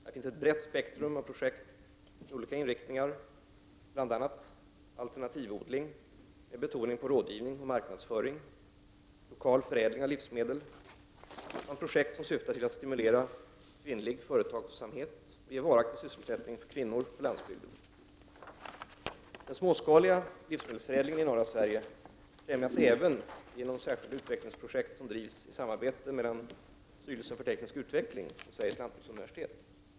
Här finns ett brett spektrum av projekt med olika inriktningar, bl.a. alternativodling med betoning på rådgivning och marknadsföring, lokal förädling av livsmedel samt projekt som syftar till att stimulera kvinnlig företagsamhet och ge varaktig sysselsättning för kvinnor på landsbygden. Den småskaliga livsmedelsförädlingen i norra Sverige främjas även genom särskilda utvecklingsprojekt som drivs i samarbete mellan Styrelsen för teknisk utveckling och Sveriges lantbruksuniversitet.